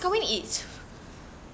mas kahwin is